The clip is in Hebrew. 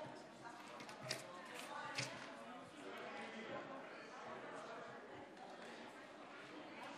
אם כן,